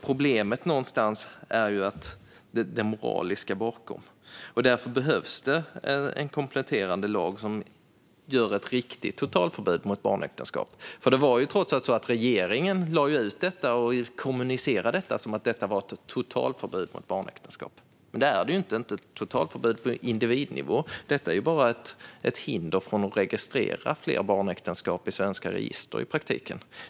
Problemet är någonstans det moraliska bakom det hela. Därför behövs en kompletterande lag som innebär ett riktigt totalförbud mot barnäktenskap. Det var trots allt så att regeringen lade ut detta och kommunicerade det som att det var ett totalförbud mot barnäktenskap. Men det är det inte. Det är inte ett totalförbud på individnivå, utan det är i praktiken bara ett hinder för att registrera fler barnäktenskap i svenska register.